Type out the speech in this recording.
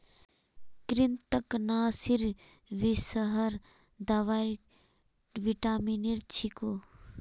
कृन्तकनाशीर विषहर दवाई विटामिनेर छिको